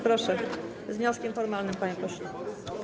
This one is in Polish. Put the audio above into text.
Proszę z wnioskiem formalnym, panie pośle.